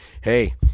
hey